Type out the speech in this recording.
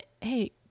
hey